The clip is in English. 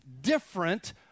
different